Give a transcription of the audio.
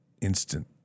instant